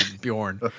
Bjorn